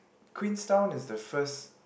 Queenstown is the first